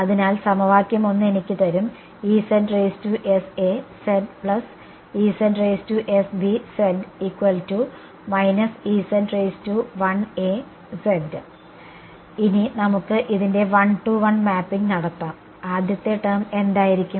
അതിനാൽ സമവാക്യം 1 എനിക്ക് തരും ഇനി നമുക്ക് ഇതിന്റെ വൺ ടു വൺ മാപ്പിംഗ് നടത്താം ആദ്യത്തെ ടേം എന്തായിരിക്കും